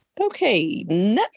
Okay